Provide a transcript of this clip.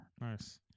Nice